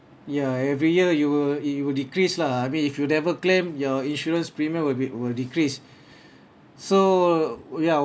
ya every year you will it will decrease lah I mean if you never claim your insurance premium will be will decrease so ya